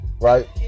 Right